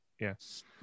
yes